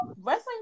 wrestling